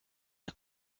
der